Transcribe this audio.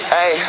Hey